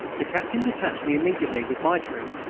the captain detached me immediately, with my troop,